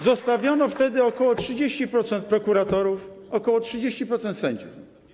Zostawiono wtedy w NRD ok. 30% prokuratorów i ok. 30% sędziów.